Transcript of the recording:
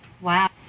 Wow